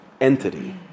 entity